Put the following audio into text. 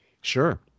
Sure